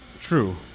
True